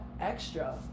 extra